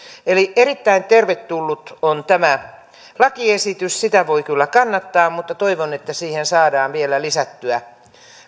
eli erittäin tervetullut on tämä lakiesitys sitä voi kyllä kannattaa mutta toivon että siihen saadaan vielä lisättyä